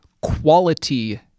quality